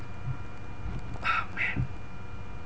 oh man